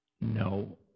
no